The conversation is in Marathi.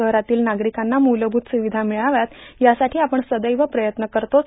शहरातील नार्गारकांना मुलभूत र्स्रावधा मिळाव्यात यासाठीं आपण सदैव प्रयत्न करतोच